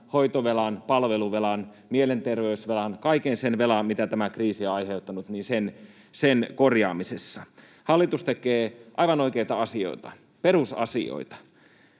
hoitovelan, palveluvelan, mielenterveysvelan, kaiken sen velan, mitä tämä kriisi on aiheuttanut, korjaamisessa. Hallitus tekee aivan oikeita asioita, perusasioita.